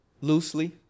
Loosely